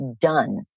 done